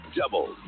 double